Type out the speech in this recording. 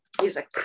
Music